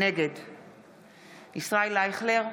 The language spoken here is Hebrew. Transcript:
נגד ישראל אייכלר,